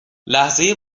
لحظه